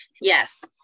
Yes